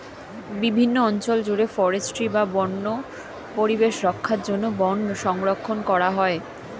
বিভিন্ন অঞ্চল জুড়ে ফরেস্ট্রি বা বন্য পরিবেশ রক্ষার জন্য বন সংরক্ষণ করা হয়